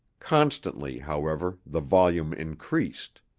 constantly, however, the volume increased.